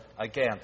again